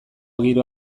giro